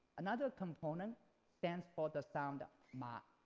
another component stands for the sound ah ma.